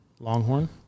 Longhorn